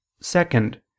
Second